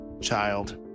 child